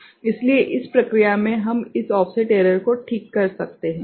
इसलिए इस प्रक्रिया से हम इस ऑफसेट एरर को ठीक कर सकते हैं